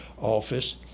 Office